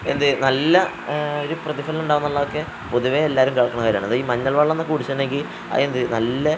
എന്തുചെയ്യും നല്ല ഒരു പ്രതിഫലനം ഉണ്ടാകുമെന്നുള്ളതൊക്കെ പൊതുവെ എല്ലാവരും കേൾക്കണ കാര്യമാണ് അത് ഈ മഞ്ഞൾ വെള്ളം എന്നു കുടിച്ചിട്ടുണ്ടെങ്കിൽ അതെന്തു നല്ല